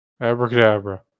Abracadabra